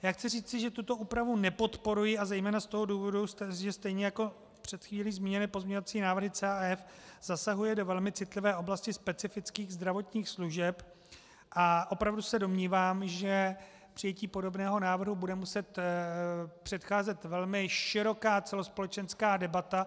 Chci říci, že tuto úpravu nepodporuji, a zejména z toho důvodu, že stejně jako před chvílí zmíněné pozměňovací návrhy C a F zasahuje do velmi citlivé oblasti specifických zdravotních služeb, a opravdu se domnívám, že přijetí podobného návrhu bude muset předcházet velmi široká celospolečenská debata.